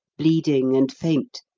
bleeding and faint,